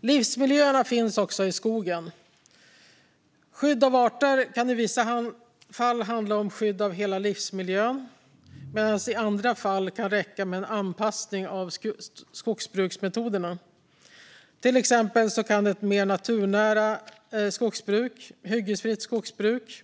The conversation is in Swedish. Livsmiljöerna finns också i skogen. Skydd av arter kan i vissa fall handla om skydd av hela livsmiljön medan det i andra fall kan räcka med en anpassning av skogsbruksmetoderna. Till exempel kan ett mer naturnära skogsbruk, som hyggesfritt skogsbruk,